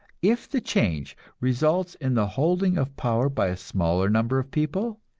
if the change results in the holding of power by a smaller number of people,